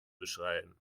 beschreiben